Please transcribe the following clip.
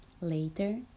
Later